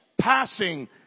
Passing